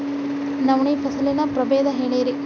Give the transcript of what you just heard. ನವಣಿ ಫಸಲಿನ ಪ್ರಭೇದ ಹೇಳಿರಿ